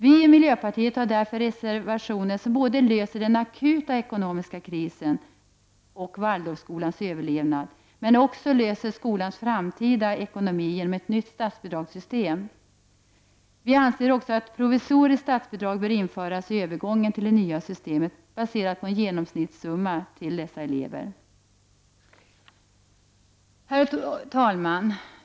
Vi i miljöpartiet har därför avgivit reservationer som innebär att man löser den akuta ekonomiska krisen, som gäller Waldorfskolans överlevnad, och också löser problemen med skolans framtida ekonomi genom ett nytt statsbidragssystem. Vi anser även att ett provisoriskt statsbidrag bör införas i övergången till det nya systemet, baserat på en genomsnittssumma till skolans elever. Herr talman!